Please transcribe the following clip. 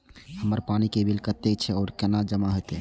हमर पानी के बिल कतेक छे और केना जमा होते?